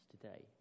today